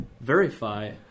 verify